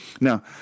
Now